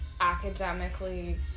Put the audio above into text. academically